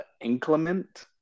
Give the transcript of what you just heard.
inclement